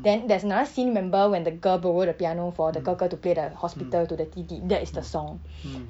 then there's or no other scene remember when the girl borrow the piano for the 哥哥 to play the hospital to the 弟弟 that is the song